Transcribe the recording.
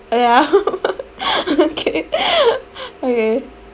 ya okay okay